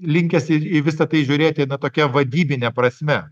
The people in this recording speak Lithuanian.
linkęs ir į visa tai žiūrėti na tokia vadybine prasme